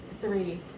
three